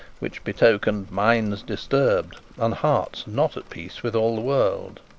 which betokened minds disturbed, and hearts not at peace with all the world.